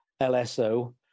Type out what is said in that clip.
LSO